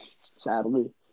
Sadly